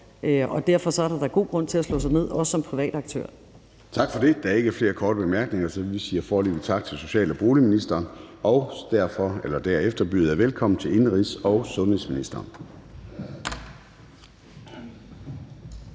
Og derfor er der da god grund til at slå sig ned også som privat aktør. Kl. 10:32 Formanden (Søren Gade): Tak for det. Der er ikke flere korte bemærkninger, så vi siger foreløbig tak til social- og boligministeren, og derefter byder jeg velkommen til indenrigs- og sundhedsministeren.